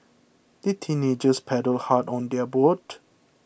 the teenagers paddled hard on their boat